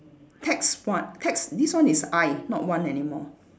tax what tax this one is I not one anymore